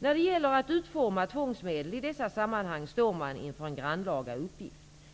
(jämför JO:s ämbetsberättelse 1972 s. 51 När det gäller att utforma tvångsmedel i dessa sammanhang står man inför en grannlaga uppgift.